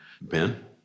Ben